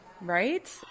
Right